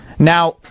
Now